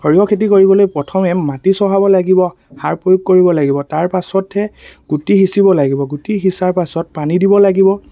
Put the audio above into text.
সৰিয়হ খেতি কৰিবলৈ প্ৰথমে মাটি চহাব লাগিব সাৰ প্ৰয়োগ কৰিব লাগিব তাৰ পাছতহে গুটি সিঁচিব লাগিব গুটি সিঁচাৰ পাছত পানী দিব লাগিব